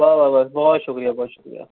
با با بس بہت شکریہ بہت شکریہ